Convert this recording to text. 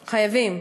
חייבים.